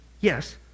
yes